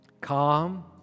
calm